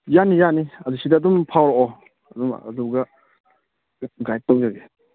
ꯌꯥꯅꯤ ꯌꯥꯅꯤ ꯑꯗꯨ ꯁꯤꯗ ꯑꯗꯨꯝ ꯐꯥꯎꯔꯛꯑꯣ ꯑꯗꯨꯝ ꯑꯗꯨꯒ ꯒꯥꯏꯠ ꯇꯧꯖꯒꯦ